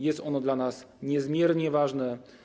Jest ono dla nas niezmiernie ważne.